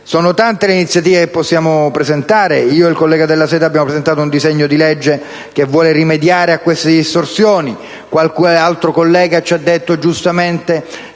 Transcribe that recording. Sono tante le iniziative che possiamo presentare: io ed il collega Della Seta, ad esempio, abbiamo presentato un disegno di legge che vuole rimediare a queste distorsioni. Qualche collega ci ha detto, giustamente,